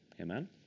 Amen